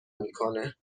میکنه